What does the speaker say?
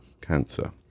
cancer